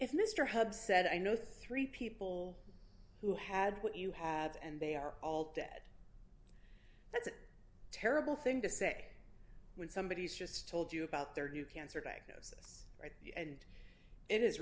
if mr hubbs said i know three people who had what you have and they are all dead that's a terrible thing to say when somebody has just told you about their new cancer diagnosis right and it is